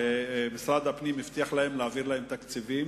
שמשרד הפנים הבטיח להעביר להן תקציבים,